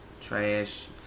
trash